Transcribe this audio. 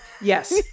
Yes